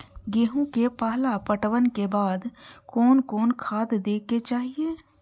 गेहूं के पहला पटवन के बाद कोन कौन खाद दे के चाहिए?